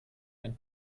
ein